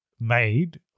made